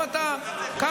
גם אתה,